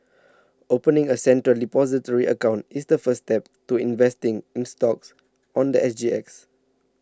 opening a Central Depository account is the first step to investing in stocks on the I G X